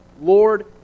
Lord